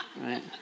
right